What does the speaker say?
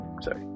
sorry